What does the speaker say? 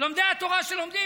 לומדי התורה שלומדים,